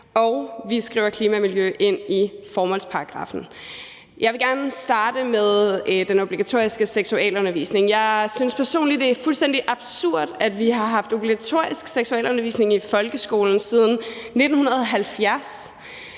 og vi skriver klima og miljø ind i formålsparagraffen. Jeg vil gerne starte med den obligatoriske seksualundervisning. Jeg synes personligt, det er fuldstændig absurd, at vi har haft obligatorisk seksualundervisning i folkeskolen siden 1970,